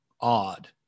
odd